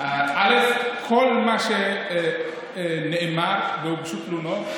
כל מה שנאמר והוגשו תלונות,